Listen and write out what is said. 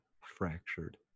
fractured